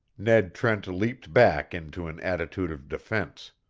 ned trent leaped back into an attitude of defence.